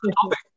topic